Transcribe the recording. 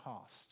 cost